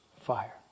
fire